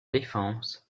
défense